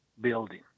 Building